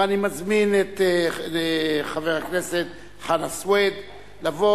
ואני מזמין את חבר הכנסת חנא סוייד לבוא